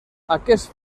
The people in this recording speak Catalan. aquest